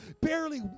barely